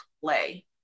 play